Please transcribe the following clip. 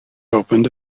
opened